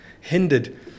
hindered